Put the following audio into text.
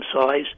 size